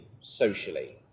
socially